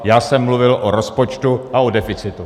Já jsem mluvil o rozpočtu a o deficitu.